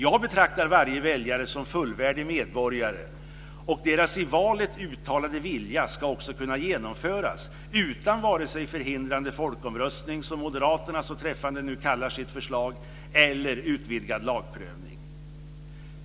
Jag betraktar varje väljare som fullvärdig medborgare och väljarnas i valet uttalade vilja ska också kunna genomföras utan vare sig en förhindrande folkomröstning, som moderaterna så träffande kallar sitt förslag, eller utvidgad lagprövning.